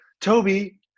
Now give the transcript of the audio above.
Toby